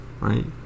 Right